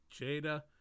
Jada